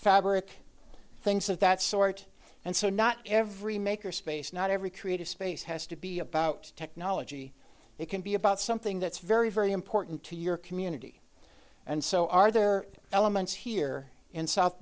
fabric things of that sort and so not every maker space not every creative space has to be about technology it can be about something that's very very important to your community and so are there elements here in south